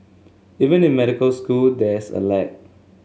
even in medical school there's a lag